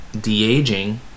de-aging